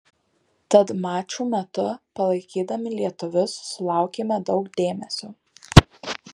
tad mačų metu palaikydami lietuvius sulaukėme daug dėmesio